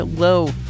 Hello